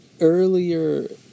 earlier